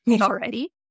already